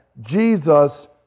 Jesus